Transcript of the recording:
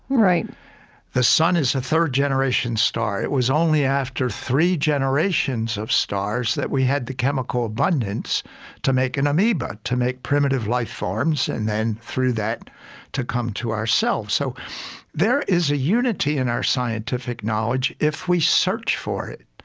the sun is third generation star. it was only after three generations of stars that we had the chemical abundance to make an amoeba, to make primitive life forms, and then through that to come to ourselves. so there is a unity in our scientific knowledge if we search for it.